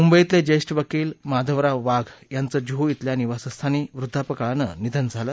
मुंबईतले ज्येष्ठ वकील माधवराव वाघ यांचं मुंबईत जुहू इथल्या निवासस्थानी वृद्वापकाळानं निधन झालं